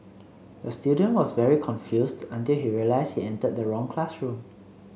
the student was very confused until he realised he entered the wrong classroom